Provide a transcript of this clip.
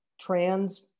trans